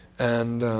and